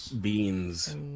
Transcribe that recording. beans